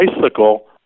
bicycle